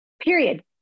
period